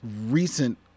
recent